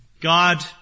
God